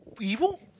evil